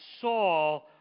Saul